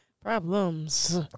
Problems